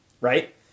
right